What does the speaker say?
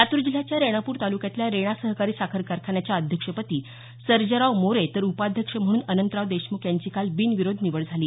लातूर जिल्ह्याच्या रेणापूर तालुक्यातल्या रेणा सहकारी साखर कारखान्याच्या अध्यक्षपदी सर्जेराव मोरे तर उपाध्यक्ष म्हणून अनंतराव देशमुख यांची काल बिनविरोध निवड झाली